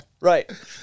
right